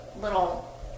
little